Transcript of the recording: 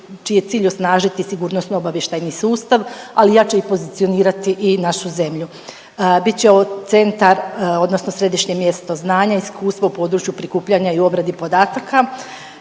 čiji je cilj osnažiti sigurnosno-obavještajni sustav, ali i jače pozicionirati i našu zelju. Bit će ovo centar, odnosno središnje mjesto znanja, iskustvo u području prikupljanja i obradi podataka.